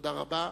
תודה רבה.